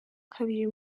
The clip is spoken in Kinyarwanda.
kabiri